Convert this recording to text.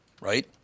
Right